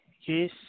Yes